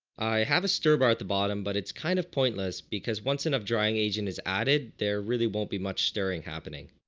i have a stir bar at the bottom but it's kind of pointless because once enough drying agent is added there really won't be much stirring happening.